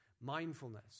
mindfulness